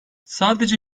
sadece